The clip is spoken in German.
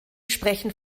sprechen